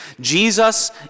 Jesus